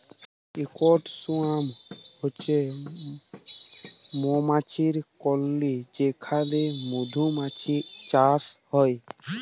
ইকট সোয়ার্ম হছে মমাছির কললি যেখালে মধুমাছির চাষ হ্যয়